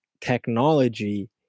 technology